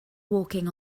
walking